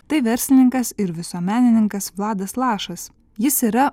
tai verslininkas ir visuomenininkas vladas lašas jis yra